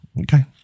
Okay